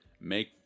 make